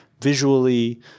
visually